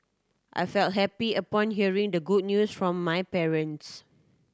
I felt happy upon hearing the good news from my parents